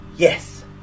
Yes